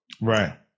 right